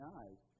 eyes